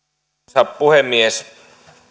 arvoisa puhemies